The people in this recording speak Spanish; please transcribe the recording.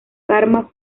karma